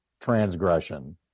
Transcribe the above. transgression